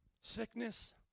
sickness